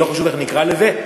לא חשוב איך נקרא לזה,